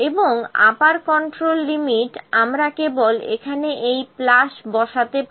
এবং upper control limit আমরা কেবল এখানে এই প্লাস বসাতে পারি